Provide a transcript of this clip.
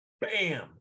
bam